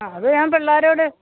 അ അത് ഞാൻ പിള്ളേരോട്